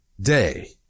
day